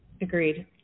Agreed